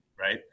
right